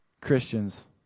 Christians